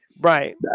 Right